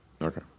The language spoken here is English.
Okay